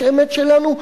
יש אמת שלנו,